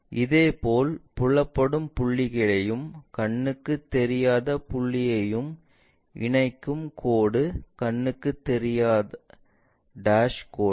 இதேபோல் புலப்படும் புள்ளியையும் கண்ணுக்குத் தெரியாத புள்ளியையும் இணைக்கும் கோடு கண்ணுக்கு தெரியாத டாஸ் கோடு